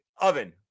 oven